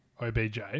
OBJ